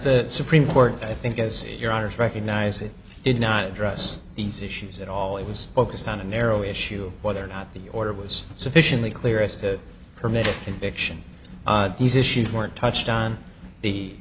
the supreme court i think it is your honors recognize it did not address these issues at all it was focused on a narrow issue whether or not the order was sufficiently clear as to permit conviction these issues weren't touched on the